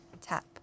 tap